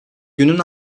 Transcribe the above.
günün